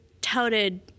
touted